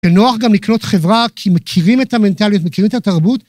ונוח גם לקנות חברה, כי מכירים את המנטליות, מכירים את התרבות.